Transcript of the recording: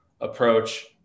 approach